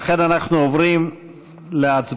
ולכן אנחנו עוברים להצבעה.